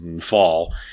fall